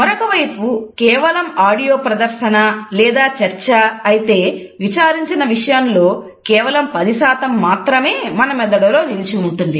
మరొకవైపు కేవలం ఆడియో ప్రదర్శన లేదా చర్చ అయితే విచారించిన విషయంలో కేవలం 10 మాత్రమే మన మెదడులో నిలిచిఉంటుంది